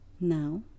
now